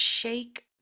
shake